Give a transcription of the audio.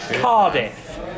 Cardiff